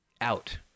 out